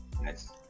nice